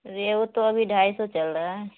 ریہو تو ابھی ڈھائی سو چل رہا ہے